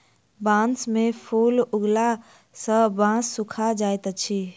बांस में फूल उगला सॅ बांस सूखा जाइत अछि